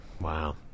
Wow